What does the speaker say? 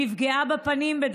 נפגעה בפנים.